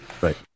Right